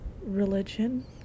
religion